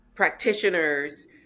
practitioners